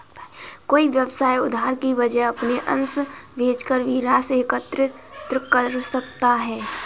कोई व्यवसाय उधार की वजह अपने अंश बेचकर भी राशि एकत्रित कर सकता है